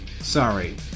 sorry